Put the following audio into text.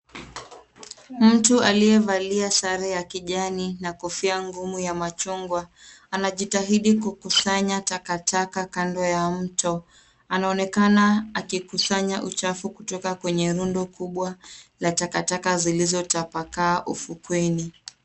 Mtu aliyevalia sare ya kijani na kofia ngumu ya machungwa, anajitahidi kukusanya takataka kando ya mto. Anaonekana akikusanya uchafu kutoka kwenye rundo kubwa la takataka zilizotapakaa ufukweni.